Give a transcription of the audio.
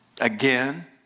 again